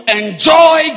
enjoy